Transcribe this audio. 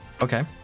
Okay